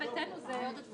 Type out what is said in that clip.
הוא לא פה.